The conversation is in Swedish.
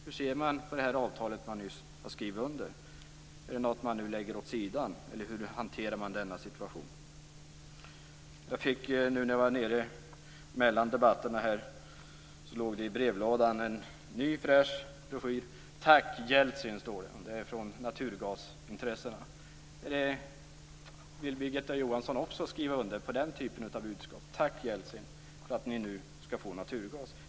Hur ser man på det avtal man nyss har skrivit under? Är det något man nu lägger åt sidan, eller hur hanterar man den här situationen? När jag var nere vid brevlådan mellan debatterna låg det en ny fräsch broschyr där. Det står: Tack, Jeltsin! Den är från naturgasintressena. Vill Birgitta Johansson också skriva under den typen av budskap? Tack, Jeltsin för att vi nu skall få naturgas!